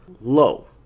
low